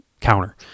counter